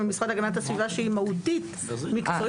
המשרד להגנת הסביבה שהיא מהותית - מקצועית.